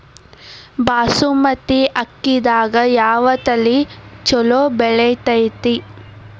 ಬಾಸುಮತಿ ಅಕ್ಕಿದಾಗ ಯಾವ ತಳಿ ಛಲೋ ಬೆಳಿತೈತಿ?